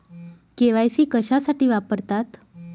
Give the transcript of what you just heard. KYC कशासाठी वापरतात?